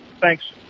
Thanks